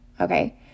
Okay